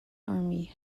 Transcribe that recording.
army